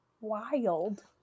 Wild